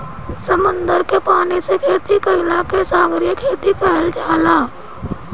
समुंदर के पानी से खेती कईला के सागरीय खेती कहल जाला